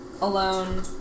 alone